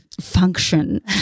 function